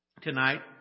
tonight